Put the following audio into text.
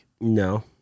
No